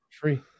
free